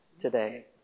today